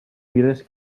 mires